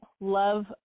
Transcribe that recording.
love